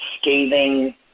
scathing